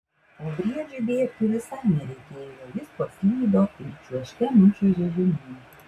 o briedžiui bėgti visai nereikėjo jis paslydo ir čiuožte nučiuožė žemyn